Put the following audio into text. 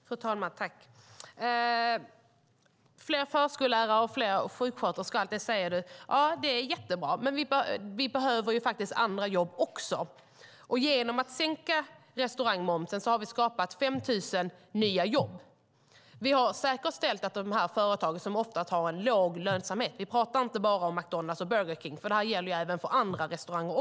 Fru talman! Fler förskollärare och fler sjuksköterskor, säger du. Ja, det är jättebra. Men vi behöver andra jobb också. Och genom att sänka restaurangmomsen har vi skapat 5 000 nya jobb. De här företagen har ofta en låg lönsamhet. Vi pratar inte bara om McDonalds och Burger King. Det här gäller även andra restauranger.